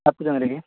ಹತ್ತು ಜನರಿಗೆ